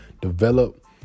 develop